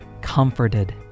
comforted